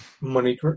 money